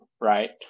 right